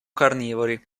carnivori